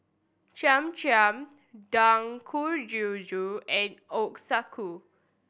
Cham Cham Dangojiru and Ochazuke